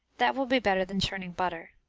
that will be better than churning butter.